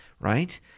right